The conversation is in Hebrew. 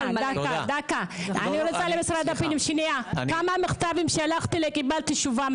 הפנים, כמה מכתבים אני שלחתי ולא קיבלתי תשובה.